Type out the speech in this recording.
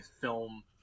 film